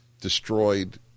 destroyed